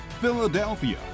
Philadelphia